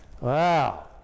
Wow